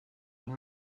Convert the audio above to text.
une